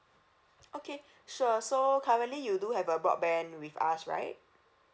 okay sure so currently you do have a broadband with us right